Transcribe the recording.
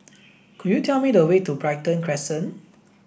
could you tell me the way to Brighton Crescent